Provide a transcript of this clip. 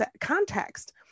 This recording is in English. context